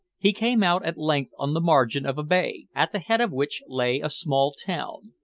he came out at length on the margin of a bay, at the head of which lay a small town.